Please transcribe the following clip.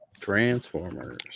Transformers